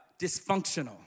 dysfunctional